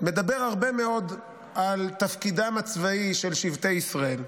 על תפקידם הצבאי של שבטי ישראל.